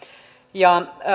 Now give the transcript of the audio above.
ja